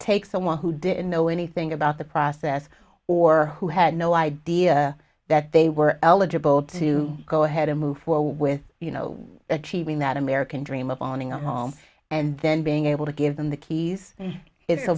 someone who didn't know anything about the process or who had no idea that they were eligible to go ahead and move forward with you know achieving that american dream of owning a home and then being able to give them the keys it's a